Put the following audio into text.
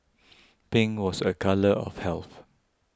pink was a colour of health